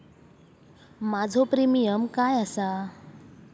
माझो प्रीमियम काय आसा?